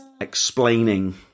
explaining